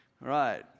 right